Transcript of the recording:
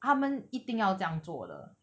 他们一定要这样做的